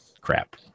crap